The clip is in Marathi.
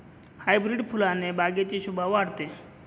हायब्रीड फुलाने बागेची शोभा वाढते